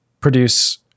produce